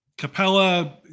Capella